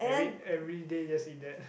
every everyday just eat that